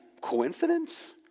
coincidence